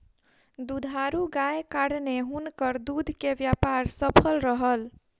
दुधारू गायक कारणेँ हुनकर दूध के व्यापार सफल रहल